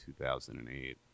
2008